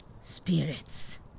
Spirits